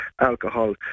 alcohol